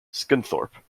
scunthorpe